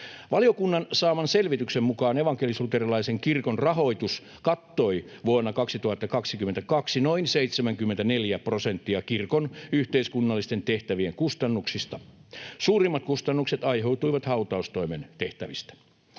Valiokunnan saaman selvityksen mukaan evankelis-luterilaisen kirkon rahoitus kattoi vuonna 2022 noin 74 prosenttia kirkon yhteiskunnallisten tehtävien kustannuksista. Suurimmat kustannukset aiheutuivat hautaustoimen tehtävistä.